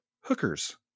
hookers